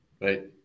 Right